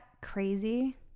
crazy